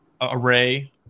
array